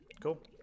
cool